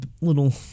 little